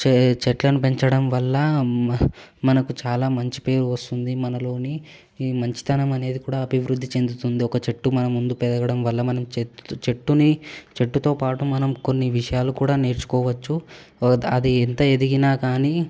చెట్లను పెంచడం వల్ల మనకు చాలా మంచి పేరు వస్తుంది మనలోని ఈ మంచితనం అనేది కూడా అభివృద్ధి చెందుతుంది ఒక చెట్టు మన ముందు పెరగడం వల్ల మనం చెట్టుని చెట్టుతో పాటు మనం కొన్ని విషయాలు కూడా నేర్చుకోవచ్చు అది ఎంత ఎదిగినా కానీ